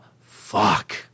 fuck